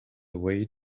away